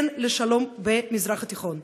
כן לשלום במזרח התיכון.